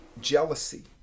jealousy